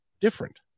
different